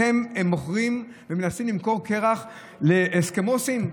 אתם מוכרים ומנסים למכור קרח לאסקימואים?